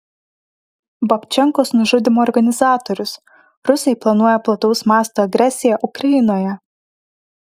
babčenkos nužudymo organizatorius rusai planuoja plataus masto agresiją ukrainoje